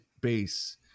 base